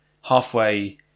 halfway